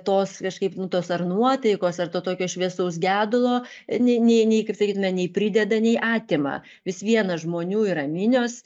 tos kažkaip nu tos ar nuotaikos ar to tokio šviesaus gedulo nei nei nei kaip sakytume nei prideda nei atima vis viena žmonių yra minios